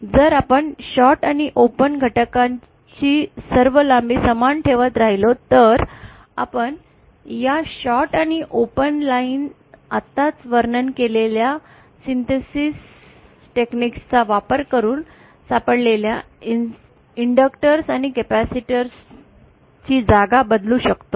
जर आपण शॉर्ट आणि ओपन घटकची सर्व लांबी समान ठेवत राहिलो तर आपण या शॉर्ट आणि ओपन लाइन आत्ताच वर्णन केलेल्या संश्लेषण तंत्राचा वापर करून सापडलेल्या इंडक्टर्स आणि कॅपेसिटरची जागा बदलू शकतो